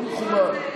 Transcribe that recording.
לא מכובד.